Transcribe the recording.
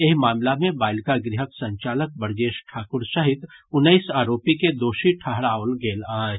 एहि मामिला मे बालिका गृहक संचालक ब्रजेश ठाकुर सहित उन्नैस आरोपी के दोषी ठहराओल गेल अछि